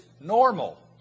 normal